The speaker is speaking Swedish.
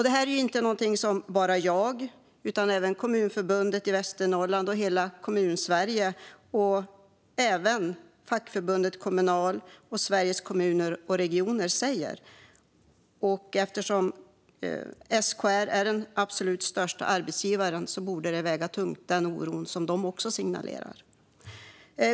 Det här är inte någonting som bara jag, utan även Kommunförbundet i Västernorrland och hela Kommunsverige samt även fackförbundet Kommunal och Sveriges Kommuner och Regioner, säger. Eftersom SKR är den absolut största arbetsgivaren borde den oro som också de signalerar väga tungt.